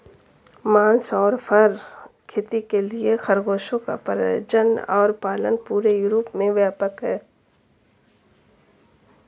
मांस और फर खेती के लिए खरगोशों का प्रजनन और पालन पूरे यूरोप में व्यापक है